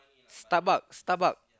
Starbucks Starbucks